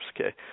okay